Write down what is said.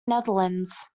netherlands